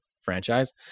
franchise